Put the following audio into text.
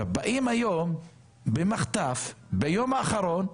באים היום במחטף, ביום האחרון,